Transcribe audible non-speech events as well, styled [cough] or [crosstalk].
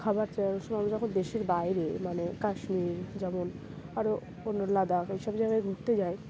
খাবার চাই [unintelligible] আমরা যখন দেশের বাইরে মানে কাশ্মীর যেমন আরও অন্য লাদাখ এই সব জায়গায় ঘুরতে যাই